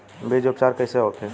बीज उपचार कइसे होखे?